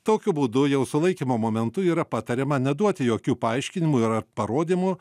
tokiu būdu jau sulaikymo momentu yra patariama neduoti jokių paaiškinimų ir ar parodymų